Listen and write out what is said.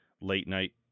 late-night